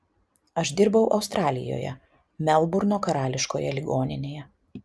aš dirbau australijoje melburno karališkoje ligoninėje